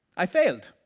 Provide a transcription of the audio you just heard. i failed.